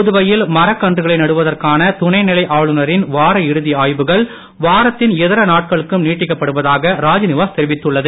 புதுவையில் மரக்கன்றுகளை நடுவதற்கான துணைநிலை ஆளுநரின் வார இறுதி ஆய்வுகள் வாரத்தின் இதர நாட்களுக்கும் நீட்டிக்கப்படுவதாக ராஜ்நிவாஸ் தெரிவித்துள்ளது